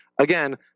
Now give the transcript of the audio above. again